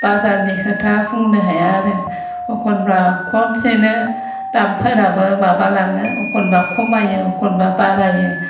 बाजारनि खोथा बुंनो हाया आरो एखनब्ला खनसेनो दामफोराबो माबालाङो एखनब्ला खमायो एखनब्ला बारायो